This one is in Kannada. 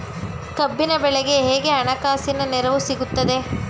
ಕಬ್ಬಿನ ಬೆಳೆಗೆ ಹೇಗೆ ಹಣಕಾಸಿನ ನೆರವು ಸಿಗುತ್ತದೆ?